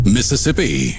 Mississippi